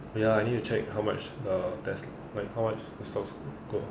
ya I need to check how much the test like how much the source code